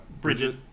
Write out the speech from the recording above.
Bridget